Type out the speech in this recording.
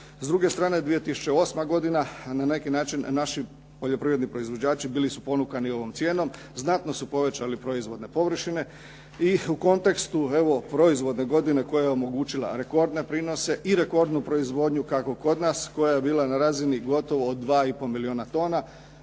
S druge strane, 2008. godina na neki način naši poljoprivredni proizvođači bili su ponukani ovom cijenom. Znatno su povećali proizvodne površine i u kontekstu evo proizvodne godine koja je omogućila rekordne iznose i rekordnu proizvodnju kako kod nas koja je bila na razini gotovo od dva i pol milijuna tona.